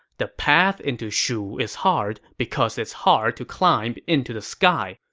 the path into shu is hard, because it's hard to climb into the sky.